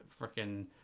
freaking